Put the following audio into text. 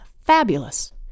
fabulous